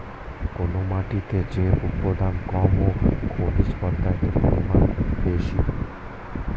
কোন মাটিতে জৈব উপাদান কম ও খনিজ পদার্থের পরিমাণ বেশি?